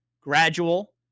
gradual